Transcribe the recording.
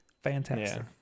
Fantastic